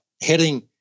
heading